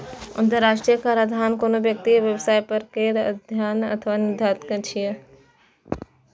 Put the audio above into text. अंतरराष्ट्रीय कराधान कोनो व्यक्ति या व्यवसाय पर कर केर अध्ययन अथवा निर्धारण छियै